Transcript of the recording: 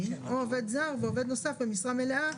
או עובד זר ועובד נוסף במשרה מלאה,